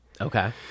Okay